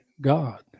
God